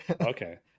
Okay